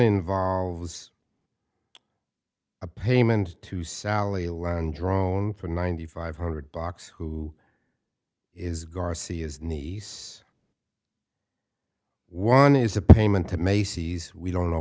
involves a payment to sally loane drone for ninety five hundred bucks who is garcia's nice one is a payment to macy's we don't know